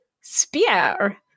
Spear